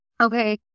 Okay